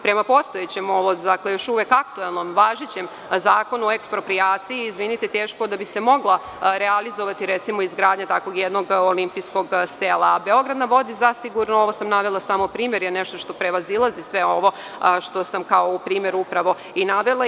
Prema postojećem, još uvek aktuelnom, važećem Zakonu o eksproprijaciji teško da bi se mogla realizovati izgradnja takvog jednog olimpijskog sela, a „Beograd na vodi“ zasigurno ovo je primer, je nešto što prevazilazi sve ovo što sam kao u primeru navela.